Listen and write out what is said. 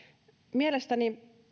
mielestäni